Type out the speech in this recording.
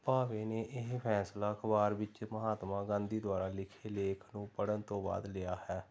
ਭਾਵੇ ਨੇ ਇਹ ਫੈਸਲਾ ਅਖਬਾਰ ਵਿੱਚ ਮਹਾਤਮਾ ਗਾਂਧੀ ਦੁਆਰਾ ਲਿਖੇ ਲੇਖ ਨੂੰ ਪੜ੍ਹਨ ਤੋਂ ਬਾਅਦ ਲਿਆ ਹੈ